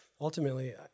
ultimately